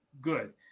good